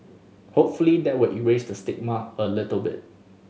hopefully that will erase the stigma a little bit